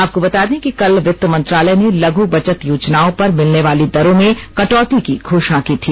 आपको बता दें कि कल वित्त मंत्रालय ने लघु बचत योजनाओं पर मिलने वाली दरों में कटौति की घोषणा की थी